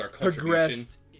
progressed